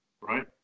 right